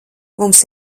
mums